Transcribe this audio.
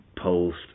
post